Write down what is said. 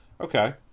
Okay